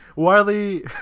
Wiley